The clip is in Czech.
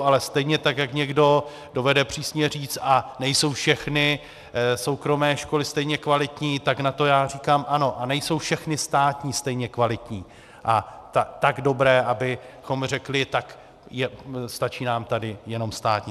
Ale stejně tak jak někdo dovede přísně říct: nejsou všechny soukromé školy stejně kvalitní, tak na to já říkám ano, a nejsou všechny státní stejně kvalitní a tak dobré, abychom řekli, tak stačí nám tady jenom státní.